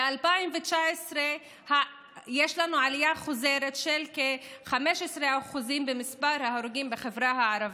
ב-2019 יש לנו עלייה חוזרת של כ-15% במספר ההרוגים בחברה הערבית,